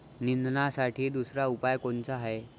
निंदनासाठी दुसरा उपाव कोनचा हाये?